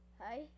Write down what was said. Hi